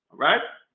alright,